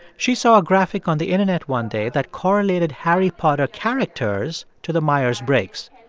she saw a graphic on the internet one day that correlated harry potter characters to the myers-briggs.